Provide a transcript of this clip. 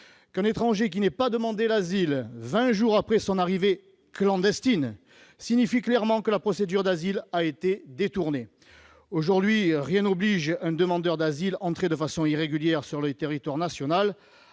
Qu'un étranger n'ait pas demandé l'asile 20 jours après son arrivée clandestine signifie clairement que la procédure d'asile a été détournée. Aujourd'hui, rien n'oblige un demandeur d'asile entré de façon irrégulière sur le territoire national